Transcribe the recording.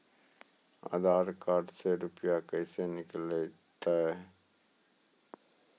आधार कार्ड से रुपये कैसे निकलता हैं?